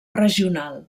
regional